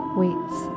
waits